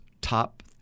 top